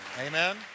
Amen